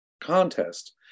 contest